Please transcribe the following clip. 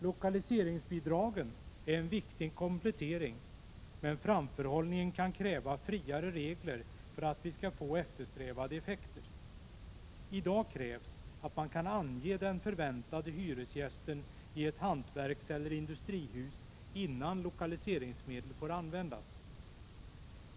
Lokaliseringsbidragen är en viktig komplettering, men framförhållningen kan kräva friare regler för att vi skall få eftersträvade effekter. I dag krävs att man kan ange den förväntade hyresgästen i ett hantverkseller industrihus innan lokaliseringsmedel får användas.